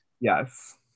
Yes